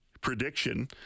prediction